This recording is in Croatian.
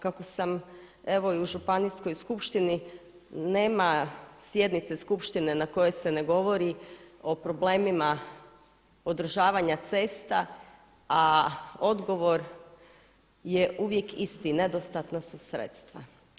Kako sam evo i u Županijskoj skupštini nema sjednice skupštine na kojoj se ne govori o problemima održavanja cesta, a odgovor je uvijek isti, nedostatna su sredstva.